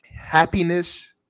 Happiness